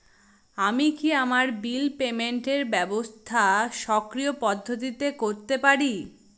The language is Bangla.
আমি কি আমার বিল পেমেন্টের ব্যবস্থা স্বকীয় পদ্ধতিতে করতে পারি?